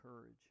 courage